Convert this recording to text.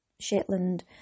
Shetland